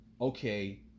okay